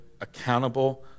accountable